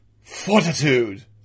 Fortitude